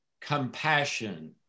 compassion